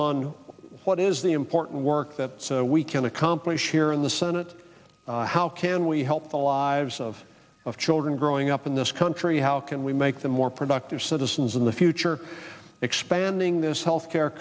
on what is the important work that we can accomplish here in the senate how can we help the lives of children growing up in this country how can we make them more productive citizens in the future expanding this health care